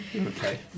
Okay